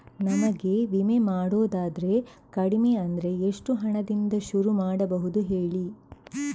ನಮಗೆ ವಿಮೆ ಮಾಡೋದಾದ್ರೆ ಕಡಿಮೆ ಅಂದ್ರೆ ಎಷ್ಟು ಹಣದಿಂದ ಶುರು ಮಾಡಬಹುದು ಹೇಳಿ